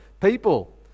People